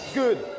good